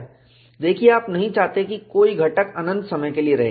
देखिए आप नहीं चाहते कि कोई घटक अनंत समय के लिए रहे